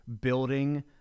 building